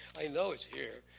i know it's here.